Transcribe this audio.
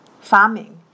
farming